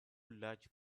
large